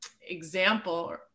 example